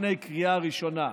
לפני קריאה ראשונה.